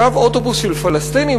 קו אוטובוס של פלסטינים,